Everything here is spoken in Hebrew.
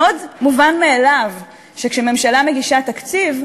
מאוד מובן מאליו שכשממשלה מגישה תקציב,